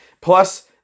plus